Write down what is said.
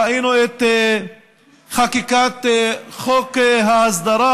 ראינו את חקיקת חוק ההסדרה,